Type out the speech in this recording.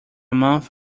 month